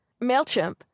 MailChimp